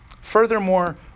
Furthermore